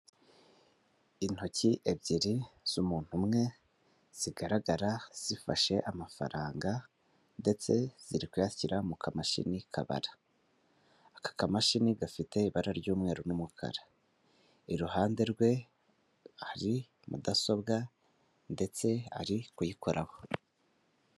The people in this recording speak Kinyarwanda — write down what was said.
Intoki ebyiri z'umuntu umwe zigaragara zifashe amafaranga ndetse ziri kuyashyira mu kamashini kabara, aka kamashini gafite ibara ry'umweru n'umukara, iruhande rwe hari mudasobwa ndetse ari kuyikoraho.